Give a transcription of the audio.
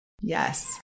Yes